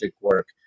work